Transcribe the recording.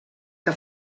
que